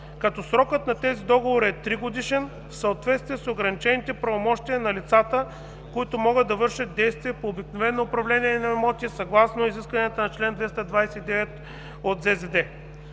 като срокът на тези договори е 3-годишен в съответствие с ограничените правомощия на лицата, които могат да вършат действия по обикновено управление на имоти, съгласно изискванията на чл. 229 от ЗЗД.